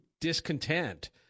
discontent